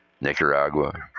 Nicaragua